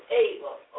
able